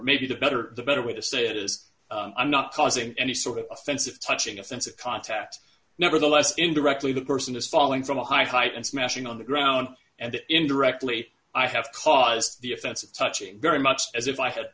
maybe the better the better way to say it is i'm not causing any sort of offensive touching offensive contact nevertheless indirectly the person is falling from a high height and smashing on the ground and indirectly i have caused the offensive touching very much as if i had